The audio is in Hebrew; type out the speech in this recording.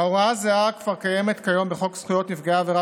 הוראה זהה כבר קיימת כיום בחוק זכויות נפגעי עבירה,